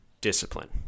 Discipline